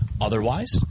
Otherwise